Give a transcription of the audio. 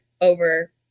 over